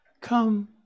Come